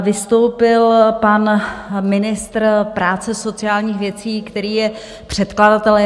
Vystoupil pan ministr práce a sociálních věcí, který je předkladatelem.